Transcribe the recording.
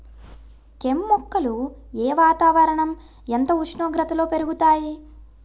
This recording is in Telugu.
కెమ్ మొక్కలు ఏ వాతావరణం ఎంత ఉష్ణోగ్రతలో పెరుగుతాయి?